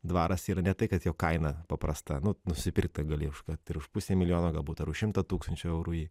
dvaras yra ne tai kad jo kaina paprasta nu nusipirkti gali už kad ir už pusę milijono galbūt ar už šimtą tūkstančių eurų į